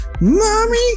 Mommy